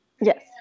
Yes